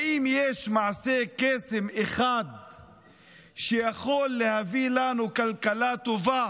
האם יש מעשה קסם אחד שיכול להביא לנו כלכלה טובה,